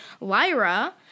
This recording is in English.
Lyra